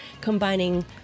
combining